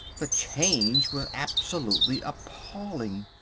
the change was absolutely appalling!